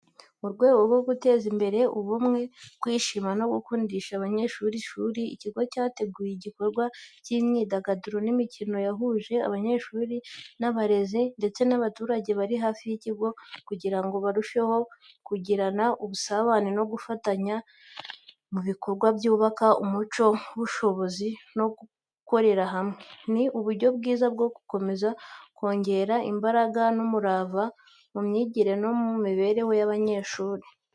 Mu rwego rwo guteza imbere ubumwe, kwishima no gukundisha abanyeshuri ishuri, ikigo cyateguye igikorwa cy’imyidagaduro n’imikino cyahuje abanyeshuri n’abarezi ndetse n'abaturage bari hafi y'ikigo kugira ngo barusheho kugirana ubusabane no gufatanya mu bikorwa byubaka umuco w’ubushobozi no gukorera hamwe. Ni uburyo bwiza bwo gukomeza kongera imbaraga n’umurava mu myigire no mu mibereho y’abanyeshuri.